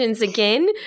again